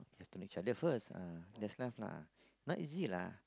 you have to know each other first ah that's love lah not easy lah